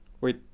Wait